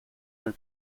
nel